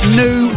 new